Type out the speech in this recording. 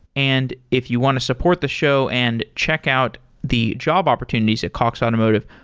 and if you want to support the show and check out the job opportunities at cox automotive,